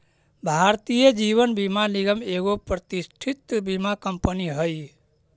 भारतीय जीवन बीमा निगम एगो प्रतिष्ठित बीमा कंपनी हई